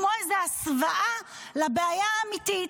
כמו איזה הסוואה לבעיה האמתית.